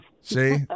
See